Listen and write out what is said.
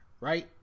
right